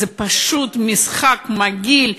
זה פשוט משחק מגעיל,